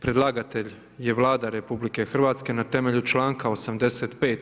Predlagatelj je Vlada RH na temelju članka 85.